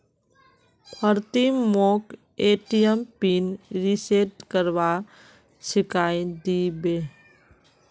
प्रीतम मोक ATM pin reset करवा सिखइ दी बे